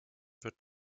wird